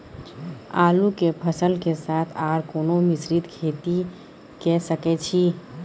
आलू के फसल के साथ आर कोनो मिश्रित खेती के सकैछि?